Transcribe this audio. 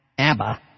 Abba